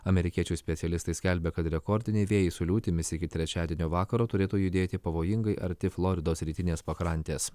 amerikiečių specialistai skelbia kad rekordiniai vėjai su liūtimis iki trečiadienio vakaro turėtų judėti pavojingai arti floridos rytinės pakrantės